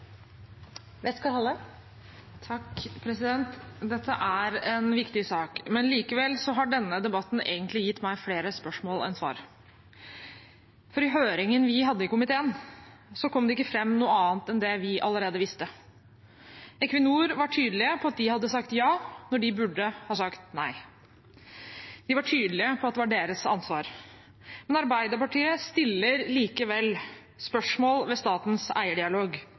en viktig sak. Likevel har denne debatten egentlig gitt meg flere spørsmål enn svar. I høringen vi hadde i komiteen, kom det ikke fram noe annet enn det vi allerede visste. Equinor var tydelige på at de hadde sagt ja når de burde ha sagt nei. De var tydelige på at det var deres ansvar. Arbeiderpartiet stiller likevel spørsmål ved statens eierdialog: